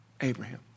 Abraham